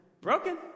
Broken